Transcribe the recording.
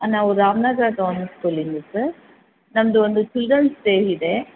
ನಾವು ರಾಮನಗರ ಗೌರ್ಮೆಂಟ್ ಸ್ಕೂಲಿಂದ ಸರ್ ನಮ್ಮದು ಒಂದು ಚಿಲ್ರನ್ಸ್ ಡೇ ಇದೆ